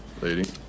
Lady